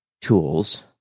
tools